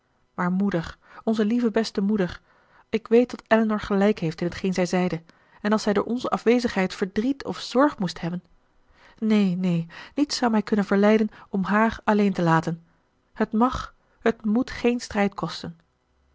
maar moeder onze lieve beste moeder ik weet dat elinor gelijk heeft in t geen zij zeide en als zij door onze afwezigheid verdriet of zorg moest hebben neen neen niets zou mij kunnen verleiden om haar alleen te laten het mag en het moet geen strijd kosten